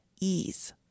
ease